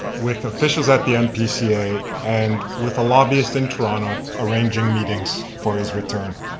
with officials at the npca and with a lobbyist in toronto arranging meetings for his return.